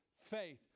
faith